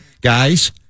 Guys